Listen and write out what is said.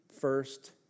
first